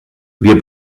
wir